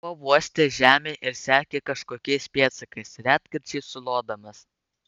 šuo uostė žemę ir sekė kažkokiais pėdsakais retkarčiais sulodamas